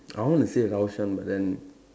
I want to say Raushan but then